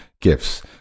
gifts